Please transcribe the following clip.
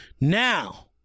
Now